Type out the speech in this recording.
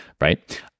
Right